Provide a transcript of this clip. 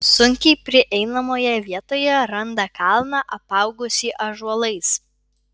sunkiai prieinamoje vietoje randa kalną apaugusį ąžuolais